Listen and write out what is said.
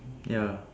ya